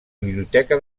biblioteca